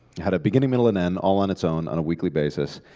had a beginning, middle, and end all on its own on a weekly basis.